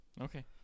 Okay